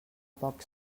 poc